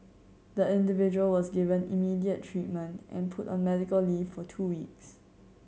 the individual was given immediate treatment and put on medical leave for two weeks